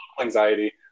anxiety